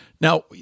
now